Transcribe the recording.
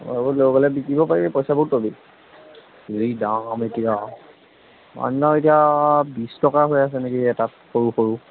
সেইবোৰ লৈ গ'লে বিকিব পাৰিবি পইচা বহুত পাবি যি দাম এতিয়া অন্য় এতিয়া বিছ টকা হৈ আছে নেকি এটাত সৰু সৰু